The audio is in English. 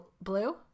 blue